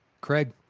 Craig